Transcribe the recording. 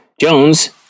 Jones